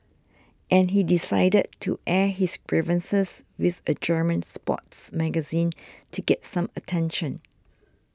and he decided to air his grievances with a German sports magazine to get some attention